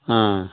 ஆ